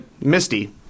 Misty